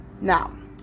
Now